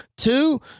Two